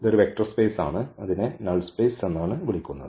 ഇത് ഒരു vector space ആണ് അതിനെ null സ്പേസ് എന്ന് വിളിക്കുന്നു